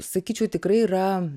sakyčiau tikrai yra